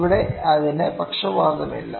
ഇവിടെ അതിന് പക്ഷപാതമില്ല